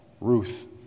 Ruth